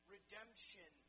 Redemption